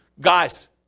guys